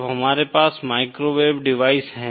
जब हमारे पास माइक्रोवेव डिवाइस हैं